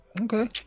Okay